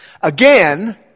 Again